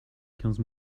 quinze